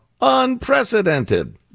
unprecedented